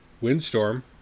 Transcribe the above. windstorm